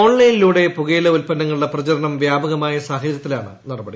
ഓൺലൈനിലൂടെ പുകയില ഉൽപ്പന്നങ്ങളുടെ പ്രചരണം വ്യാപകമായ സാഹചര്യത്തിലാണ് നടപടി